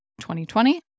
2020